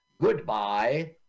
Goodbye